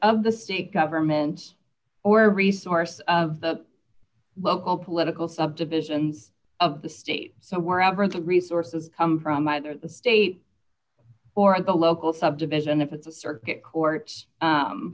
of the state government or resource of the local political subdivisions of the state so wherever the resources come from either the state or the local subdivision if it's a circuit court